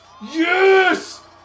Yes